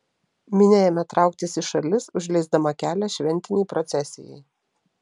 minia ėmė trauktis į šalis užleisdama kelią šventinei procesijai